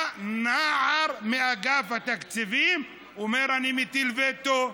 בא נער מאגף התקציבים ואומר: אני מטיל וטו.